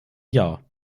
jahr